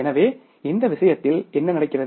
எனவே இந்த விஷயத்தில் என்ன நடக்கிறது